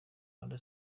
rwanda